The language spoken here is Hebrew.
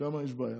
שם יש בעיה.